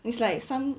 is like some